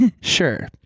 sure